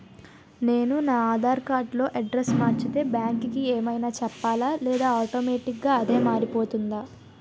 నేను నా ఆధార్ కార్డ్ లో అడ్రెస్స్ మార్చితే బ్యాంక్ కి ఏమైనా చెప్పాలా లేదా ఆటోమేటిక్గా అదే మారిపోతుందా?